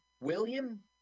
William